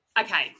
Okay